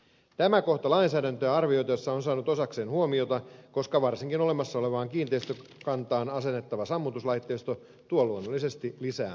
tämä kohta on lainsäädäntöä arvioitaessa saanut osakseen huomiota koska varsinkin olemassa olevaan kiinteistökantaan asennettava sammutuslaitteisto tuo luonnollisesti lisää kustannuksia